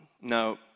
no